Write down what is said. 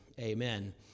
Amen